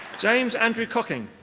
james andrew cocking.